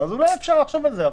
אולי אפשר לחשוב על זה.